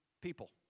people